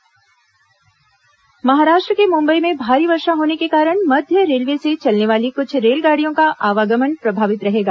train परिचालन महाराष्ट्र के मुंबई में भारी वर्षा होने के कारण मध्य रेलवे से चलने वाली कुछ रेलगाड़ियों का आवागमन प्रभावित रहेगा